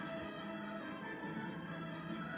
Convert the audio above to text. ಹಿಂಗಾರಿನ್ಯಾಗ ತೊಗ್ರಿ ಬೆಳಿಬೊದೇನ್ರೇ?